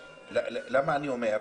למה אני אומר?